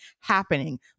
happening